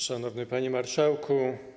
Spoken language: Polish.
Szanowny Panie Marszałku!